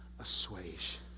assuage